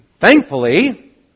thankfully